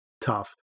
tough